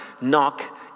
Knock